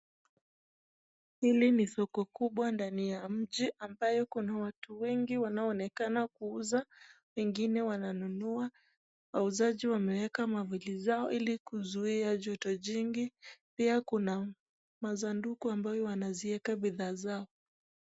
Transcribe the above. Hili ni soko kubwa ndani ya mji, ambayo kuna watu wengi wanaonekana kuuza, wengine wananunua . Wauzaji wameeka mwavuli zao, ili kuzuia joto jingi, pia kuna masanduku ambayo wanazieka bidhaa zao.